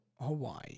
Hawaii